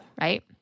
right